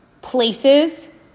places